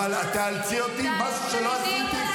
אבל את תאלצי אותי לעשות משהו שלא עשיתי,